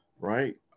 right